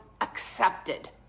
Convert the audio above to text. accepted